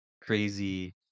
crazy